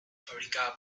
fabricada